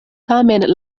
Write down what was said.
tamen